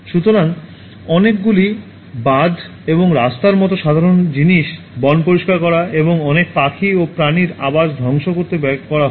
সুতরাং অনেকগুলি বাঁধ এবং রাস্তার মতো সাধারণ জিনিস বন পরিষ্কার করা এবং অনেক পাখি ও প্রাণীর আবাস ধ্বংস করতে ব্যয় করা হয়